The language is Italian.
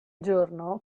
giorno